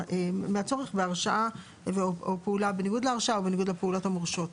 מהצורך בהרשאה או פעולה בניגוד להרשאה או בניגוד לפעולות המורשות.